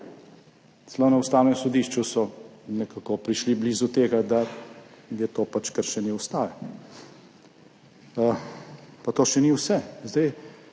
Celo na Ustavnem sodišču so nekako prišli blizu tega, da je to pač kršenje ustave. Pa to še ni vse.